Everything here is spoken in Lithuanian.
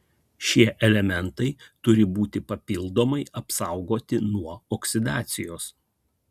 šie elementai turi būti papildomai apsaugoti nuo oksidacijos